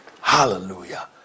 Hallelujah